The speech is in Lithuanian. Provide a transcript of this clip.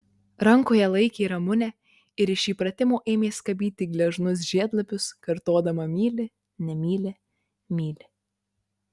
rankoje laikė ramunę ir iš įpratimo ėmė skabyti gležnus žiedlapius kartodama myli nemyli myli